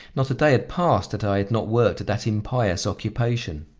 not a day had passed that i had not worked at that impious occupation,